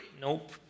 Nope